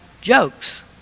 jokes